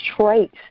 traits